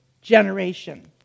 generation